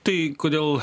tai kodėl